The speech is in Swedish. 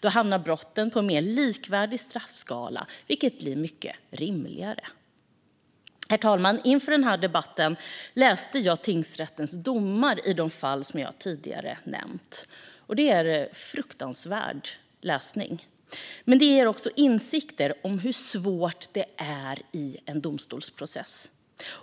Då hamnar brotten på en mer likvärdig straffskala, vilket är mycket rimligare. Herr talman! Inför denna debatt läste jag tingsrättens domar i de fall som jag tidigare nämnt. Det är fruktansvärd läsning men ger också insikter om hur svåra domstolsprocesser